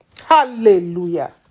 Hallelujah